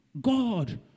God